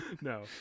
No